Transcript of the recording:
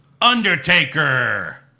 Undertaker